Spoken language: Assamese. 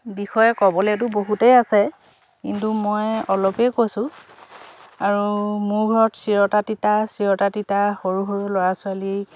বিষয়ে ক'বলৈতো বহুতেই আছে কিন্তু মই অলপেই কৈছোঁ আৰু মোৰ ঘৰত চিৰতা তিতা চিৰতা তিতা সৰু সৰু ল'ৰা ছোৱালী